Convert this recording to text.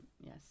Yes